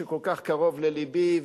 שכל כך קרוב ללבי.